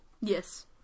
Yes